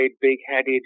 big-headed